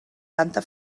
tanta